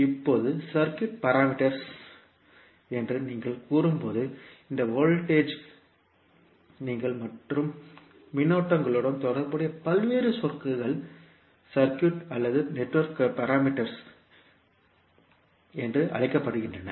இப்போது circuit parameters என்று நீங்கள் கூறும்போது இந்த வோல்ட்டேஜ் ங்கள் மற்றும் மின்னோட்டங்களுடன் தொடர்புடைய பல்வேறு சொற்கள் சர்க்யூட் அல்லது நெட்வொர்க் பாராமீட்டர்்ஸ் என்று அழைக்கப்படுகின்றன